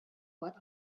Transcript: what